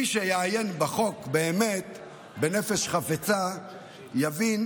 מי שיעיין בחוק ובדברי ההסבר בנפש חפצה באמת,